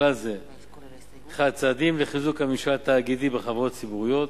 ובכלל זה: 1. צעדים לחיזוק הממשל התאגידי בחברות ציבוריות,